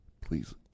please